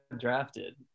drafted